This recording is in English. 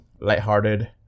lighthearted